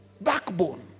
Backbone